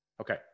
Okay